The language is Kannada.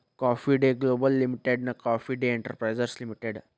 ಕಾಫಿ ಡೇ ಗ್ಲೋಬಲ್ ಲಿಮಿಟೆಡ್ನ ಕಾಫಿ ಡೇ ಎಂಟರ್ಪ್ರೈಸಸ್ ಲಿಮಿಟೆಡ್